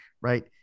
right